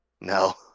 No